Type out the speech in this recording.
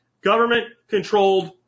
government-controlled